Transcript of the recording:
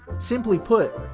simply put,